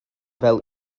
fel